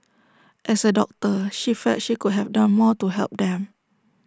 as A doctor she felt she could have done more to help them